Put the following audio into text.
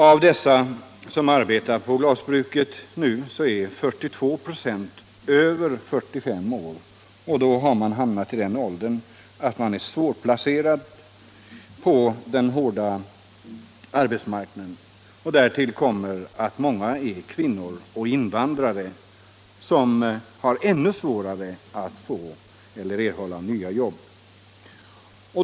Av dem som arbetar på glasbruket är 42 96 över 45 år, och då är man svårplacerad på den 91 hårda arbetsmarknaden. Därtill kommer att många är kvinnor och invandrare, som har ännu svårare att erhålla nya jobb.